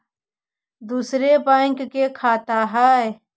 दुसरे बैंक के खाता हैं?